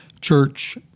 church